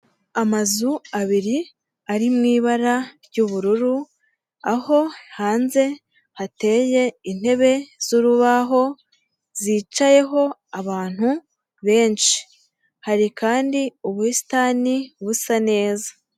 Amazu abiri ari mu ibara ry'ubururu, aho hanze hateye intebe z'urubaho, zicayeho abantu benshi, hari kandi ubusitani busa neza.